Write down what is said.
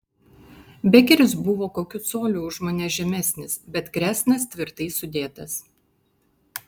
bekeris buvo kokiu coliu už mane žemesnis bet kresnas tvirtai sudėtas